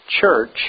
...church